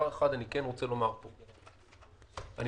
יש